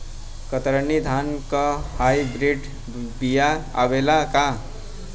कतरनी धान क high breed बिया आवेला का?